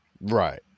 Right